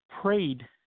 prayed